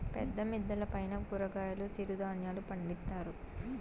పెద్ద మిద్దెల పైన కూరగాయలు సిరుధాన్యాలు పండిత్తారు